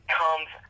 comes